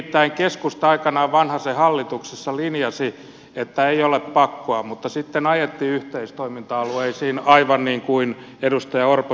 nimittäin keskusta aikanaan vanhasen hallituksessa linjasi että ei ole pakkoa mutta sitten ajettiin yhteistoiminta alueisiin aivan niin kuin edustaja orpo sanoi